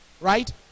Right